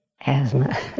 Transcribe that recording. asthma